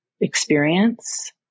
experience